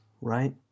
right